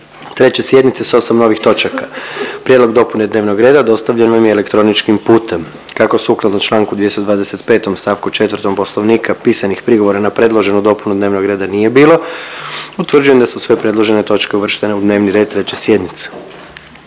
3. sjednice s 8 novih točaka. Prijedlog dopune dnevnog reda dostavljen vam je elektroničkim putem, kako sukladno čl. 225. st. 4. Poslovnika pisanih prigovora na predloženu dopunu dnevnog reda nije bilo, utvrđujem da su sve predložene točke uvrštene u dnevni red 3. sjednice.